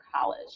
college